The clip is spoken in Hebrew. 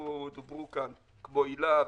שדוברו פה כמו היל"ה.